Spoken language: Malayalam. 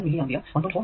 7 മില്ലി ആംപിയർ 1